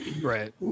Right